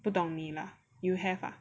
不懂你 lah you have ah